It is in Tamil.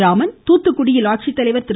ராமன் தூத்துக்குடியில் ஆட்சித்தலைவர் திரு